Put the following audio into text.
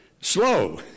Slow